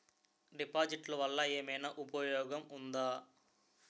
డిపాజిట్లు వల్ల ఏమైనా ఉపయోగం ఉందా?